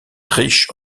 riche